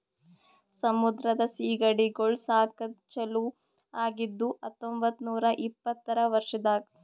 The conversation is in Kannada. ಸಮುದ್ರದ ಸೀಗಡಿಗೊಳ್ ಸಾಕದ್ ಚಾಲೂ ಆಗಿದ್ದು ಹತೊಂಬತ್ತ ನೂರಾ ಇಪ್ಪತ್ತರ ವರ್ಷದಾಗ್